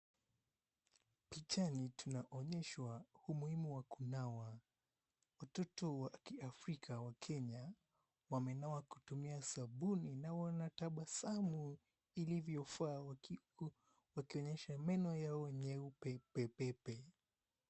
Pichani tunaoneshwa umuhimu wa kunawa, Watoto wa kiafrika ya Kenya, wamenawa kutumia sabuni na wanatabasamu iliyofaa wakionyesha meno yao nyeupe pepepe.